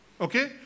okay